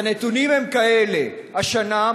אז הנתונים הם כאלה: השנה,